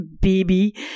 Baby